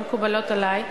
לא מקובלות עלי,